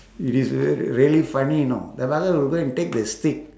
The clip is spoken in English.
it is real~ really funny you know the fellow will go and take the stick